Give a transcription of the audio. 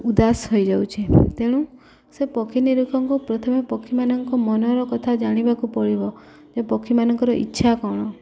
ଉଦାସ ହୋଇଯାଉଛି ତେଣୁ ସେ ପକ୍ଷୀ ନିରକ୍ଷଙ୍କୁ ପ୍ରଥମେ ପକ୍ଷୀମାନଙ୍କ ମନର କଥା ଜାଣିବାକୁ ପଡ଼ିବ ଯେ ପକ୍ଷୀମାନଙ୍କର ଇଚ୍ଛା କ'ଣ